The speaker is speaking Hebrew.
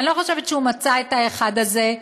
אני לא חושבת שהוא מצא את האחד הזה.